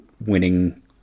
winning